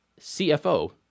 CFO